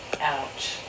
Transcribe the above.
Ouch